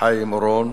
חיים אורון,